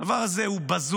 הדבר הזה בזוי.